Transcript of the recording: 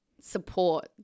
support